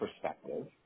perspective